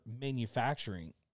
manufacturing